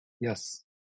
Yes